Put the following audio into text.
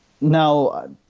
now